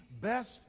best